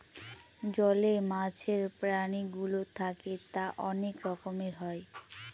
জলে মাছের প্রাণীগুলো থাকে তা অনেক রকমের হয়